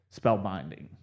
spellbinding